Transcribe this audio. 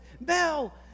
Bell